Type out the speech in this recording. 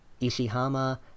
Ishihama